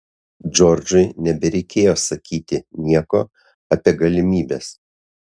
džordžui nebereikėjo sakyti nieko apie galimybes